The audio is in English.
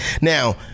Now